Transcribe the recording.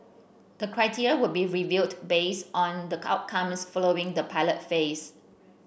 the criteria would be reviewed based on the outcomes following the pilot phase